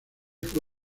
fue